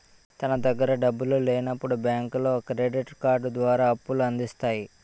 తన దగ్గర డబ్బులు లేనప్పుడు బ్యాంకులో క్రెడిట్ కార్డు ద్వారా అప్పుల అందిస్తాయి